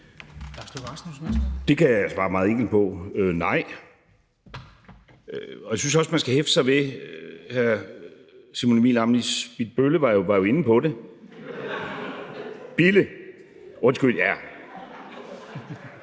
Det kan jeg svare meget enkelt på: Nej. Og jeg synes også, man skal hæfte sig ved det, som hr. Simon Emil Ammitzbigbølle, var inde på (Munterhed) –